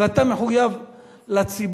ואתה מחויב לציבור,